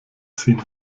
ziehen